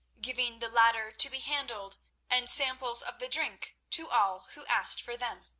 giving the latter to be handled and samples of the drink to all who asked for them.